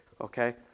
Okay